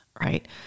right